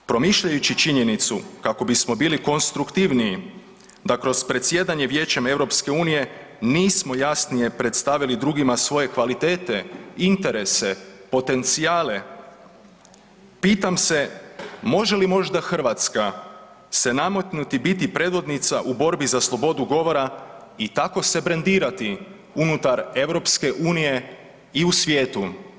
Promišljajući činjenicu kako bismo bili konstruktivniji da kroz predsjedanjem Vijećem Europske unije nismo jasnije predstavili drugima svoje kvalitete, interese, potencijale pitam se može li možda Hrvatska se nametnuti biti predvodnica u borbi za slobodu govora i tako se brendirati unutar EU i u svijetu.